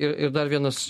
ir ir dar vienas